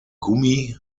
gummi